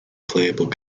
playable